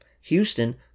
Houston